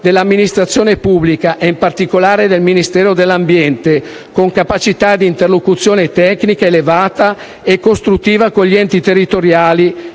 dell'amministrazione pubblica ed in particolare del Ministero dell'ambiente, con capacità di interlocuzione tecnica elevata e costruttiva con gli enti territoriali